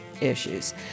issues